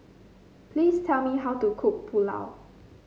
please tell me how to cook Pulao